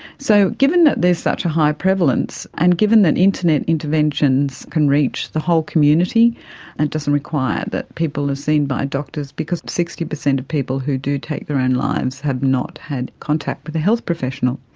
so given that there is such a high prevalence and given that internet interventions can reach the whole community and it doesn't require that people are seen by doctors, because sixty percent of people who do take their own lives have not had contact with a health professional.